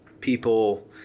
people